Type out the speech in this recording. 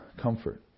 comfort